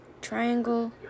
Triangle